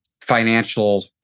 Financial